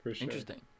Interesting